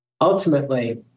ultimately